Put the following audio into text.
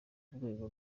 rwego